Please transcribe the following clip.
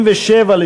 סעיף 37,